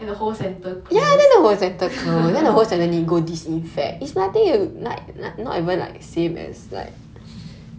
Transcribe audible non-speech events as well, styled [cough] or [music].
then the whole centre close [laughs]